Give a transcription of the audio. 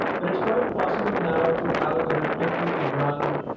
but it's quite possible now to algorithmically run